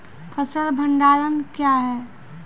फसल भंडारण क्या हैं?